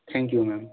thank you ma'am